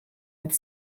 with